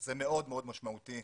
וזה מאוד מאוד משמעותי.